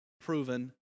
proven